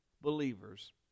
believers